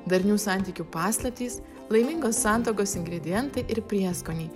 darnių santykių paslaptys laimingos santuokos ingredientai ir prieskoniai